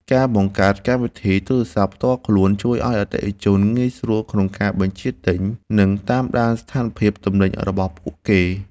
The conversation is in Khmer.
ការបង្កើតកម្មវិធីទូរស័ព្ទផ្ទាល់ខ្លួនជួយឱ្យអតិថិជនងាយស្រួលក្នុងការបញ្ជាទិញ និងតាមដានស្ថានភាពទំនិញរបស់ពួកគេ។